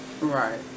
Right